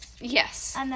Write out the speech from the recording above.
Yes